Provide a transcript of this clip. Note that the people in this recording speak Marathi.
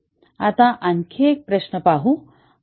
आता आणखी एक प्रश्न पाहू